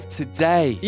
today